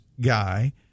guy